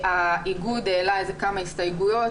האיגוד העלה את אותן הסתייגויות,